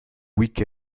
week